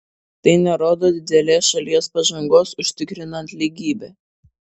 tai nerodo didelės šalies pažangos užtikrinant lygybę